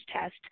test